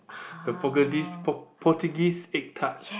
the potuges~ Portuguese egg tarts